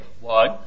One